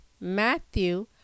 Matthew